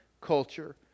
culture